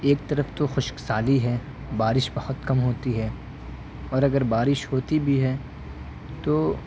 ایک طرف تو خشک سالی ہے بارش بہت کم ہوتی ہے اور اگر بارش ہوتی بھی ہے تو